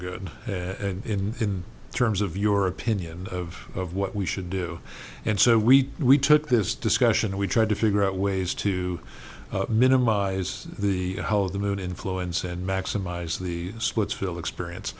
good in terms of your opinion of what we should do and so we we took this discussion and we tried to figure out ways to minimize the hell of the mood influence and maximize the splitsville experience